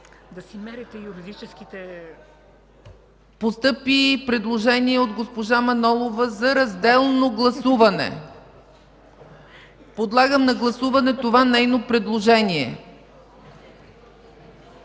на гласуване § 18? Постъпи предложение от госпожа Манолова за разделно гласуване. Подлагам на гласуване това нейно предложение.